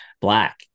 black